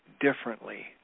differently